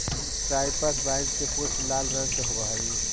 cypress vine के पुष्प लाल रंग के होवअ हई